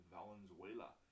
Valenzuela